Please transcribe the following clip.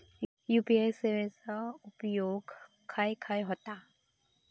UPI सेवेचा उपयोग खाय खाय होता?